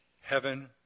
heaven